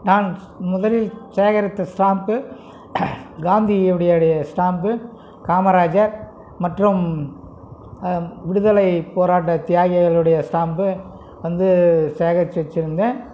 நான் முதலில் சேகரித்த ஸ்டாம்ப்பு காந்தியினுடைய ஸ்டாம்ப்பு காமராஜர் மற்றும் விடுதலை போராட்ட தியாகிகளுடைய ஸ்டாம்ப்பு வந்து சேகரித்து வச்சுருந்தேன்